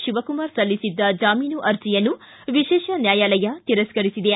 ಶಿವಕುಮಾರ ಸಲ್ಲಿಸಿದ್ದ ಜಾಮೀನು ಅರ್ಜೆಯನ್ನು ವಿಶೇಷ ನ್ಯಾಯಾಲಯ ತಿರಸ್ಕರಿಸಿದೆ